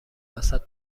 وسط